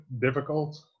difficult